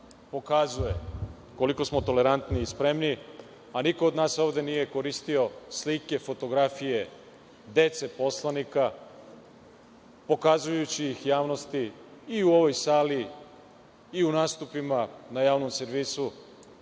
pokazuje koliko smo tolerantni i spremni, a niko od nas ovde nije koristio slike, fotografije dece poslanika, pokazujući ih javnosti u ovoj sali i u nastupima na javnom servisu